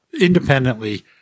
independently